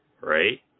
Right